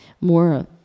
more